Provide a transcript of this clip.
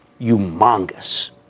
humongous